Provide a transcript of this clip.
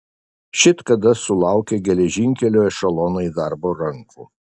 šit kada sulaukė geležinkelio ešelonai darbo rankų